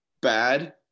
Bad